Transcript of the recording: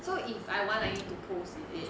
so if I want I need to post is it